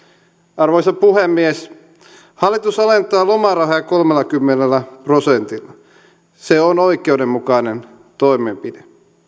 arvoisa puhemies hallitus alentaa lomarahoja kolmellakymmenellä prosentilla se on oikeudenmukainen toimenpide